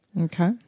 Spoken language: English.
Okay